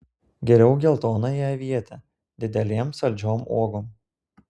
geriau geltonąją avietę didelėm saldžiom uogom